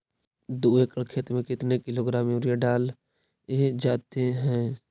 दू एकड़ खेत में कितने किलोग्राम यूरिया डाले जाते हैं?